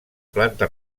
planta